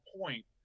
point